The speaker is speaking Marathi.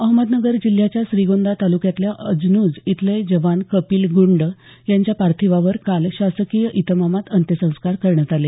अहमदनगर जिल्ह्याच्या श्रीगोंदा तालुक्यातल्या अजनुज इथले जवान कपिल गुंड यांच्या पार्थिवावर काल शासकीय इतमामात अंत्यसंस्कार करण्यात आले